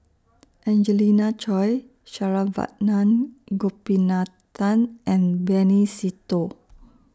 Angelina Choy Saravanan Gopinathan and Benny Se Teo